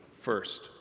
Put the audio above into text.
first